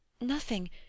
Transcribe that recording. Nothing